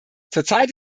zurzeit